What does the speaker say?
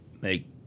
make